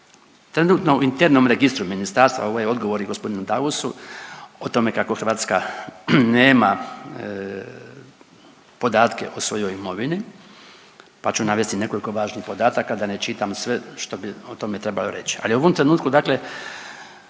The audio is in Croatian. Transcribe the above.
Trenutno u internom registru ministarstva, ovo je odgovor i gospodinu Dausu o tome kako Hrvatska nema podatke o svojoj imovini, pa ću navesti nekoliko važnih podataka da ne čitam sve što bi o tome trebalo reći.